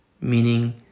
meaning